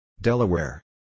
Delaware